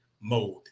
mode